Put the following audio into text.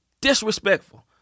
disrespectful